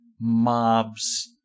mobs